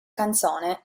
canzone